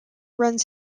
runs